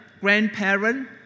grandparent